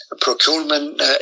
procurement